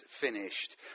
finished